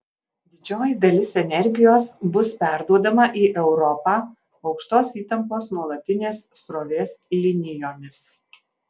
didžioji dalis energijos bus perduodama į europą aukštos įtampos nuolatinės srovės linijomis